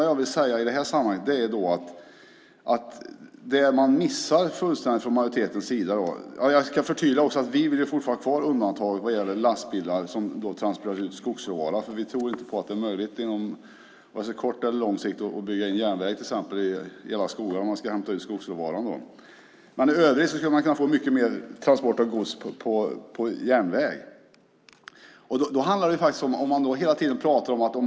Jag ska förtydliga att vi fortfarande vill ha kvar undantag vad gäller lastbilar som transporterar ut skogsråvara, för vi tror inte att det är möjligt att på vare sig kort eller lång sikt bygga järnväg i alla skogar där man ska hämta ut skogsråvaran. Men i övrigt skulle man kunna få mycket mer transporter att gå på järnväg. Det jag vill säga i det här sammanhanget är att man missar en sak fullständigt från majoritetens sida.